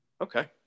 okay